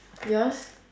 yours